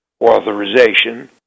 authorization